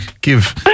give